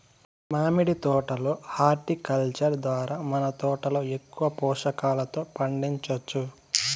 మామిడి తోట లో హార్టికల్చర్ ద్వారా మన తోటలో ఎక్కువ పోషకాలతో పండించొచ్చు